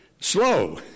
Slow